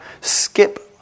skip